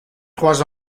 trois